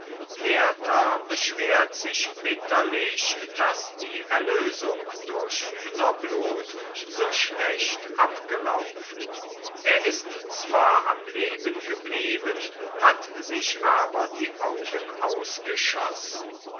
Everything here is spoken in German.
werther beschwert sich bitterlich daß die erlösung durch hühnerblut so schlecht abgelaufen er ist zwar am leben geblieben hat sich aber die augen ausgeschossen